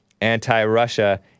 anti-Russia